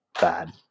bad